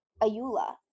Ayula